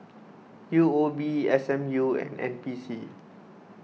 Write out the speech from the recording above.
U O B S M U and N P C